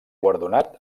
guardonat